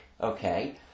okay